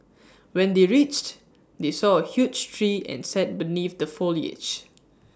when they reached they saw A huge tree and sat beneath the foliage